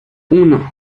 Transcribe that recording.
uno